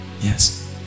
Yes